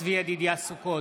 צבי ידידיה סוכות,